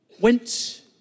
went